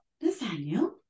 Nathaniel